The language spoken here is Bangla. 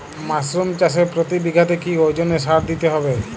মাসরুম চাষে প্রতি বিঘাতে কি ওজনে সার দিতে হবে?